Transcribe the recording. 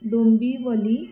Dombivli